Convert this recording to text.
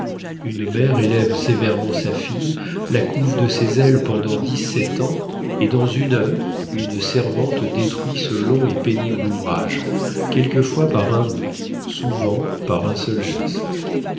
une mère élève sévèrement sa fille la couve de ses ailes pendant dix-sept ans et dans une heure une servante détruit ce long et pénible ouvrage quelquefois par un mot souvent par un geste